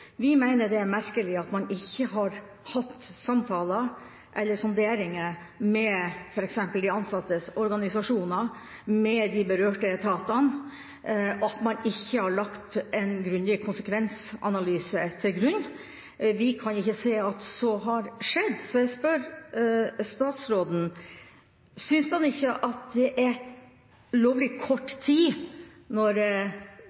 Vi mener det er merkelig at man ikke har hatt samtaler eller sonderinger med f.eks. de ansattes organisasjoner, med de berørte etatene, og at man ikke har lagt en grundig konsekvensanalyse til grunn. Vi kan ikke se at så har skjedd. Så jeg spør statsråden: Synes han ikke det er lovlig kort tid når